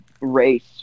race